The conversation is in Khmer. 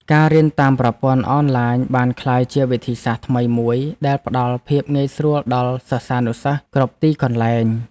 ការរៀនតាមប្រព័ន្ធអនឡាញបានក្លាយជាវិធីសាស្ត្រថ្មីមួយដែលផ្តល់ភាពងាយស្រួលដល់សិស្សានុសិស្សគ្រប់ទីកន្លែង។